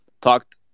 talked